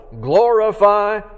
glorify